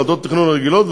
ועדות התכנון הרגילות,